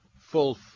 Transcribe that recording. full